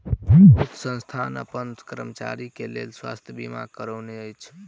बहुत संस्थान अपन कर्मचारी के लेल स्वास्थ बीमा करौने अछि